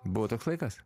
buvo toks laikas